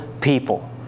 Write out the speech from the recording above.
people